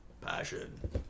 passion